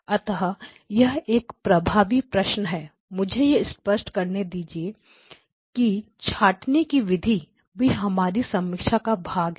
अतः यह एक प्रभावी प्रश्न है मुझे यह स्पष्ट कर देने दीजिए कि छांटने की विधि भी हमारी समीक्षा का भाग है